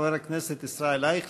חבר הכנסת ישראל אייכלר.